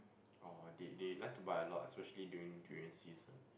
oh they they like to buy a lot especially during durian season